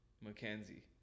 Mackenzie